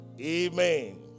Amen